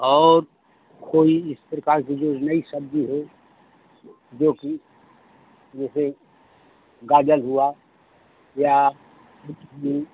और कोई इस प्रकार की जो नई सब्जी है जो कि जैसे गाजर हुआ या कुछ भी